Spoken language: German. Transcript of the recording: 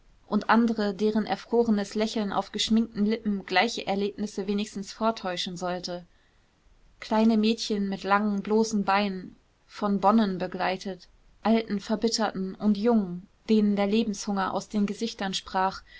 und andere deren erfrorenes lächeln auf geschminkten lippen gleiche erlebnisse wenigstens vortäuschen sollte kleine mädchen mit langen bloßen beinen von bonnen begleitet alten verbitterten und jungen denen der lebenshunger aus den gesichtern sprach